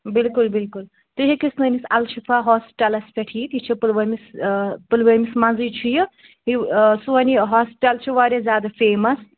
بِلکُل بِلکُل تُہۍ ہیٚکِو سٲنِس الشِفا ہاسپِٹَلَس پٮ۪ٹھ یتھ یہِ چھِ پُلوٲمِس پُلوٲمِس منٛزٕے چھُ یہِ سون یہِ ہاسپِٹَل چھُ واریاہ زیادٕ فیمَس